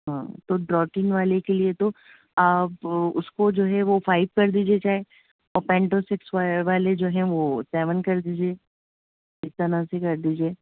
ہاں تو ڈروٹین والے کے لیے تو آپ اس کو جو ہے وہ فائیو کر دیجیے چاہے اور پینٹو سکس والے جو ہیں وہ سیون کر دیجیے اس طرح سے کر دیجیے